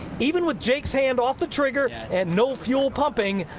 even with jake's hand off the trigger and no fuel pumping,